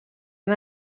han